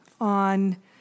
on